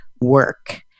work